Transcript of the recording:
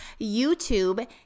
YouTube